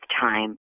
time